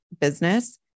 business